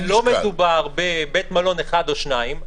-- ולא מדובר בבית מלון אחד או שניים,